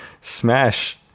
Smash